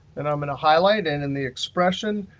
then i'm going to highlight it, and in the expression,